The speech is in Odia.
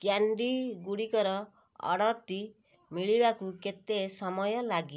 କ୍ୟାଣ୍ଡିଗୁଡ଼ିକର ଅର୍ଡ଼ର୍ଟି ମିଳିବାକୁ କେତେ ସମୟ ଲାଗିବ